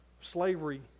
slavery